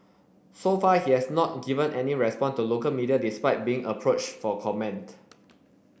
so far he has not given any response to local media despite being approached for comment